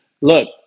look